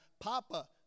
Papa